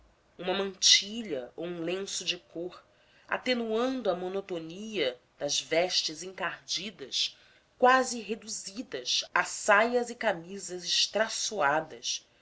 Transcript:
uma mantilha ou um lenço de cor atenuando a monotonia das vestes encardidas quase reduzidas a saias e camisas